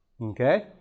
Okay